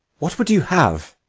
what would you have?